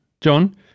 John